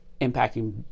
impacting